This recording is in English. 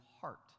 heart